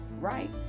right